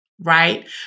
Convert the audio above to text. right